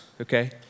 Okay